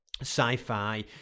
sci-fi